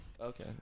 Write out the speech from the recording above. okay